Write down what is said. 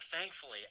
thankfully